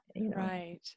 right